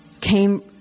came